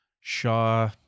Shaw